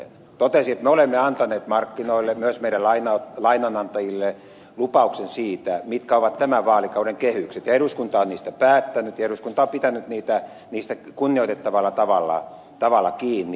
totesin että me olemme antaneet markkinoille myös meidän lainanantajillemme lupauksen siitä mitkä ovat tämän vaalikauden kehykset ja eduskunta on niistä päättänyt ja eduskunta on pitänyt niistä kunnioitettavalla tavalla kiinni